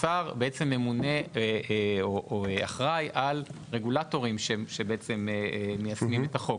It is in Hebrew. השר אחראי על רגולטורים שמיישמים את החוק,